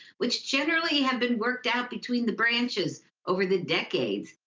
which generally had been worked out between the branches over the decades.